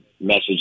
message